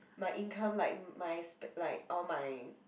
my income like my spen~ like all my